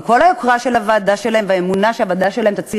עם כל היוקרה של הוועדה שלהם והאמונה שהוועדה שלהם תוציא